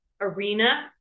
arena